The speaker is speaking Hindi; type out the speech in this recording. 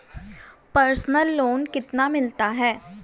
पर्सनल लोन कितना मिलता है?